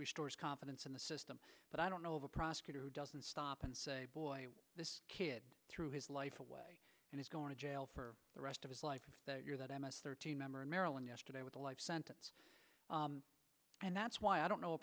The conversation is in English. restores confidence in the system but i don't know of a prosecutor who doesn't stop and say boy this kid threw his life away and he's going to jail for the rest of his life if you're that imus thirteen member in maryland yesterday with a life sentence and that's why i don't know a